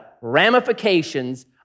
ramifications